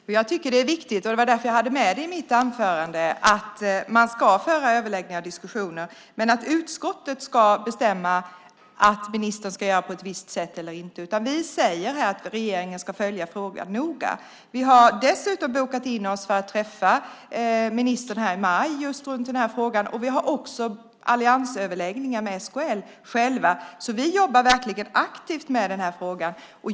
Herr talman! Jo, jag tycker att det är viktigt, och det var därför jag i mitt anförande sade att man ska föra överläggningar och diskussioner. Men utskottet ska inte bestämma om ministern ska göra på ett visst sätt eller inte. Vi säger att regeringen noga ska följa frågan. Dessutom har vi bokat in oss för att i maj träffa ministern angående denna fråga, och vi har själva alliansöverläggningar med SKL. Vi jobbar verkligen aktivt med frågan.